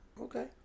Okay